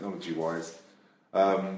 technology-wise